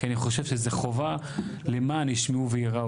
כי אני חושב שזה חובה למען ישמעו וייראו.